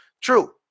True